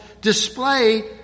display